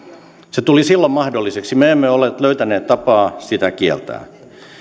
se tuli silloin mahdolliseksi me emme olleet löytäneet tapaa sitä kieltää